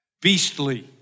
beastly